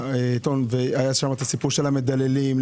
אם זה הנושא של המדללים.